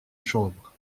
chambre